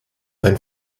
ein